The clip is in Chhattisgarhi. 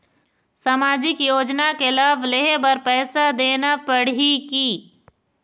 सामाजिक योजना के लाभ लेहे बर पैसा देना पड़ही की?